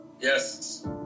yes